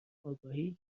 آگاهی